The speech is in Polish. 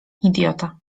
idiota